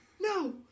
no